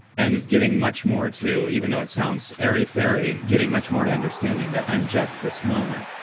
and getting much more to, even though it sounds airy fairy, getting much more to understanding that i'm just this moment.